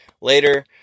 later